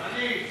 אני.